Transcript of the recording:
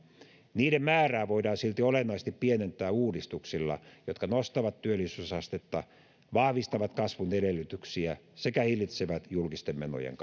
niiden määrää voidaan silti olennaisesti pienentää uudistuksilla jotka nostavat työllisyysastetta vahvistavat kasvun edellytyksiä sekä hillitsevät julkisten menojen